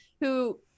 Who-